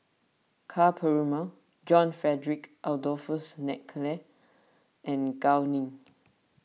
Ka Perumal John Frederick Adolphus McNair and Gao Ning